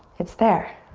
it's there.